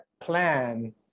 plan